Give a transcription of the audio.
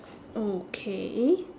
okay